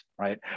right